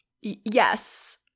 Yes